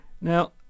Now